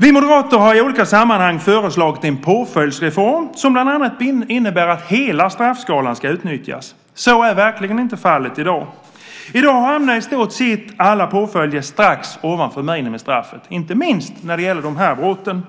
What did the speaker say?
Vi moderater har i olika sammanhang föreslagit en påföljdsreform som bland annat innebär att hela straffskalan ska utnyttjas. Så är verkligen inte fallet i dag. I dag hamnar i stort sett alla påföljder strax ovanför minimistraffet, inte minst när det gäller de här brotten.